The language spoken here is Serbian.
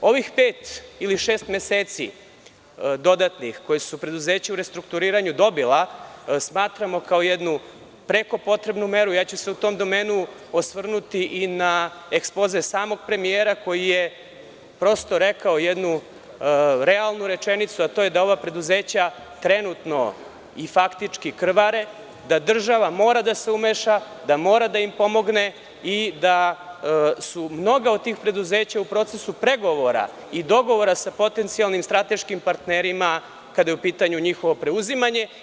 Ovih pet ili šest meseci dodatnih koja su preduzeća u restrukturiranju dobila, smatramo kao jednu preko potrebnu meru, a ja ću se u tom domenu osvrnuti i na ekspoze samog premijera koji je prosto rekao jednu realnu rečenicu, a to je da ova preduzeća trenutno i faktički krvare, da država mora da se umeša, da mora da im pomogne i da su mnoga od tih preduzeća u procesu pregovora i dogovora sa potencijalnim strateškim partnerima kada je u pitanju njihovo preuzimanje.